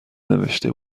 نوشته